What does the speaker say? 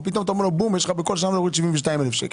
פתאום פה אתה אומר לך: כל שנה יש עוד 72,000 שקל.